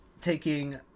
taking